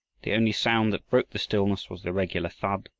the only sound that broke the stillness was the regular thud,